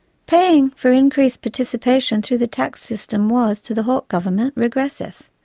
paying for increased participation through the tax system was, to the hawke government, regressive,